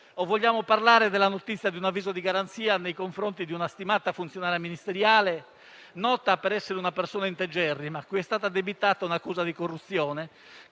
Vogliamo parlare poi della notizia di un avviso di garanzia nei confronti di una stimata funzionaria ministeriale, nota per essere una persona integerrima, cui è stata addebitata un'accusa di corruzione?